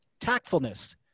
Tactfulness